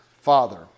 Father